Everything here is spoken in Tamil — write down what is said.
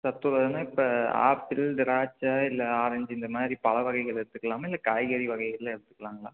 சத்துள்ளதுன்னால் இப்போ ஆப்பிள் திராட்சை இல்லை ஆரஞ்சு இந்த மாதிரி பழ வகைகள் எடுத்துக்கலாமா இல்லை காய்கறி வகைகளெலாம் எடுத்துக்கலாங்களா